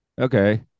Okay